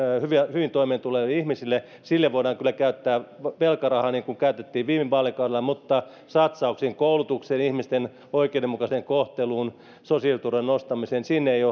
hyvin toimeentuleville ihmisille voidaan kyllä käyttää velkarahaa niin kuin käytettiin viime vaalikaudella mutta satsauksiin koulutukseen ihmisten oikeudenmukaiseen kohteluun sosiaaliturvan nostamiseen ei